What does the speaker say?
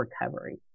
recovery